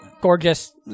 gorgeous